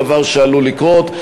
דבר שעלול לקרות.